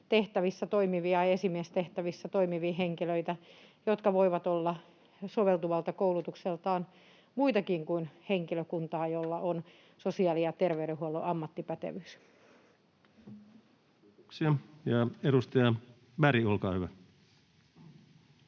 tukitehtävissä toimivia ja esimiestehtävissä toimivia henkilöitä, jotka voivat olla soveltuvalta koulutukseltaan muitakin kuin henkilökuntaa, jolla on sosiaali‑ ja terveydenhuollon ammattipätevyys. Kiitoksia. — Ja edustaja Berg, olkaa hyvä.